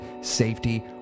safety